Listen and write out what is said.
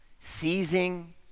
seizing